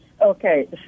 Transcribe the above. Okay